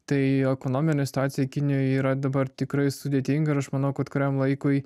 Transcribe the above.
tai ekonominė situacija kinijoj yra dabar tikrai sudėtinga ir aš manau kad kuriam laikui